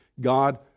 God